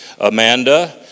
Amanda